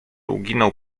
uginał